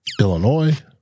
Illinois